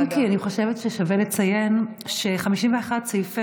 אם כי אני חושבת ששווה לציין ש-51 סעיפי